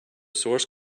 source